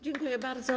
Dziękuję bardzo.